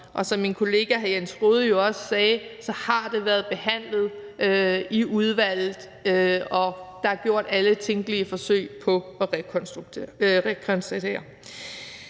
Som min kollega hr. Jens Rohde også sagde, så har det været behandlet i udvalget, og der er gjort alle tænkelige forsøg på at rekonstruere